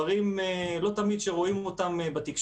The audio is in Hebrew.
לא תמיד דברים שרואים בתקשורת.